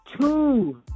Two